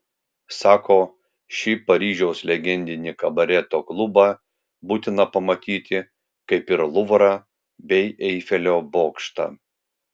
sako šį paryžiaus legendinį kabareto klubą būtina pamatyti kaip ir luvrą bei eifelio bokštą